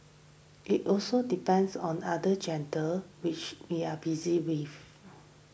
it also depends on other agenda which we are busy with